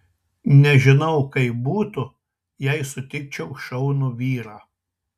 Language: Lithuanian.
nežinau kaip būtų jei sutikčiau šaunų vyrą